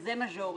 כזה מז'ורי.